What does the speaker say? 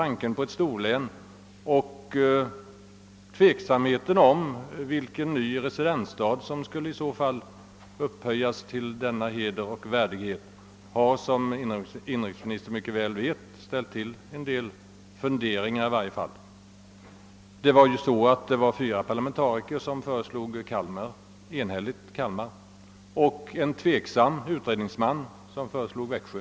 Tanken på ett storlän och tveksamheten om vilken stad, som i så fall skulle upphöjas till heder och värdighet av residensstad, har, såsom inrikesministern mycket väl vet, givit anledning till en del funderingar. Fyra parlamentariker föreslog enhälligt Kalmar medan en tveksam utredningsman förordade Växjö.